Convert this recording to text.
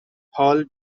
حال